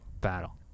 battle